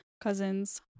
cousins